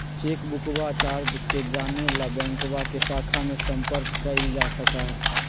चेकबुकवा चार्ज के जाने ला बैंकवा के शाखा में संपर्क कइल जा सका हई